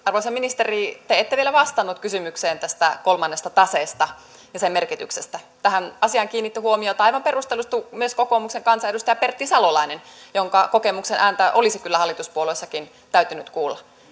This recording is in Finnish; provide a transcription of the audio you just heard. arvoisa ministeri te ette vielä vastannut kysymykseen tästä kolmannesta taseesta ja sen merkityksestä tähän asiaan kiinnitti huomiota aivan perustellusti myös kokoomuksen kansanedustaja pertti salolainen jonka kokemuksen ääntä olisi kyllä hallituspuolueissakin täytynyt kuulla